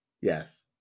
Yes